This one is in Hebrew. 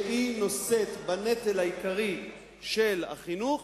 שהיא נושאת בנטל העיקרי של החינוך,